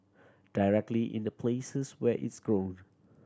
directly in the places where its grown